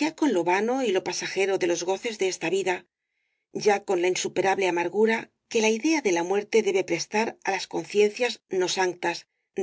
ya con lo vano y lo pasajero de los goces de esta vida ya con la insuperable amargura que la idea de la muerte debe prestar á las conciencias non sanctas